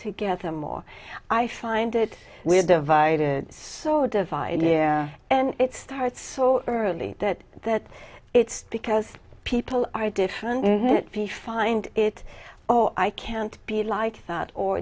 together more i find it we're divided so divide yeah and it starts so early that that it's because people are different and it's the find it or i can't be like that or